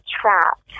trapped